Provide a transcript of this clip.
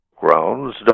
grounds